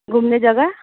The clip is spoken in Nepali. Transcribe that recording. घुम्ने जग्गा